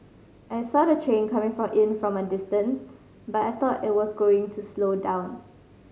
I saw the train coming in from a distance but I thought it was going to slow down